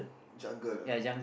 jungle ah